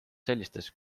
sellistes